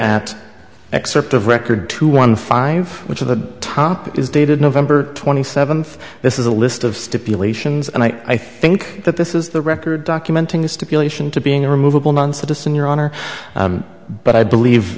at excerpt of record two one five which of the top is dated november twenty seventh this is a list of stipulations and i think that this is the record documenting the stipulation to being a removable non citizen your honor but i believe